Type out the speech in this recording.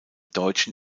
deutschen